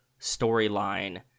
storyline